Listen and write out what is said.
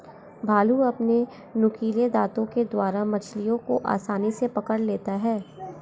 भालू अपने नुकीले दातों के द्वारा मछलियों को आसानी से पकड़ लेता है